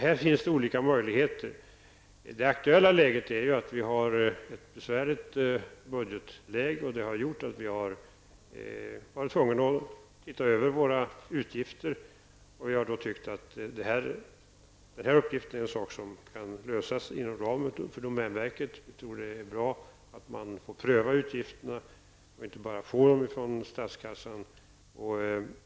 Här finns olika möjligheter. I den nu aktuella situationen är budgetläget besvärligt, och det har gjort att vi varit tvungna att se över våra utgifter. Regeringen har då ansett att denna uppgift kan utföras av domänverket. Vi tror att det är bra att man får pröva utgifterna och inte bara få medel från statskassan.